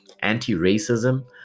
anti-racism